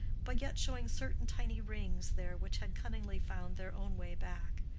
but yet showing certain tiny rings there which had cunningly found their own way back,